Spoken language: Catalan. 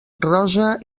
rosa